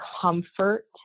comfort